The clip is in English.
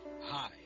Hi